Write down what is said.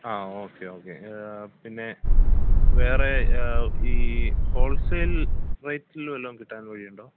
ആ okay okay പിന്നെ വേറെ ആ ഈ ഹോൾ സെയിൽ റേറ്റിൽ വല്ലതും കിട്ടാൻ വഴിയുണ്ടോ